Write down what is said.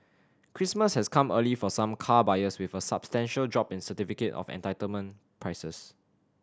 Christmas has come early for some car buyers with a substantial drop in certificate of entitlement prices